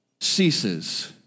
ceases